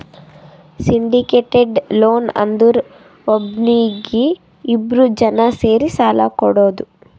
syndicated loan ಅಂದುರ್ ಒಬ್ನೀಗಿ ಇಬ್ರು ಜನಾ ಸೇರಿ ಸಾಲಾ ಕೊಡೋದು